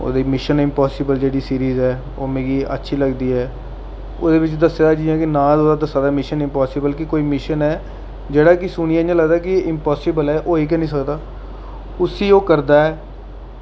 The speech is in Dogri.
ओह्दी मिशन इम्पासिबल जेह्ड़ी सीरीज ऐ ओह् मिगी अच्छी लगदी ऐ ओह्दे बिच दस्से दा ऐ जि'यां कि नांऽ एह्दा दस्सा दा कि मिशन इम्पासिबल कि कोई मिशन ऐ जेह्ड़ा कि सुनियै इ'यां लगदा कि इमपासिबल ऐ होई गै निं सकदा उसी ओह् करदा ऐ